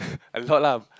a lot lah